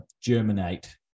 germinate